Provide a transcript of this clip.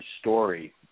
story